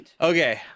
Okay